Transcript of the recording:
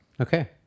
okay